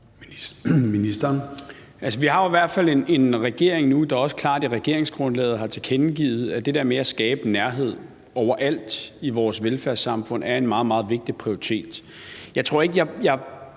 Vi har i hvert fald en regering nu, der også klart i regeringsgrundlaget har tilkendegivet, at det der med at skabe nærhed overalt i vores velfærdssamfund er en meget, meget vigtig prioritet.